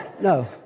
no